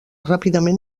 ràpidament